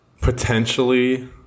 Potentially